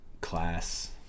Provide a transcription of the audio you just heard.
class